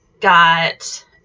got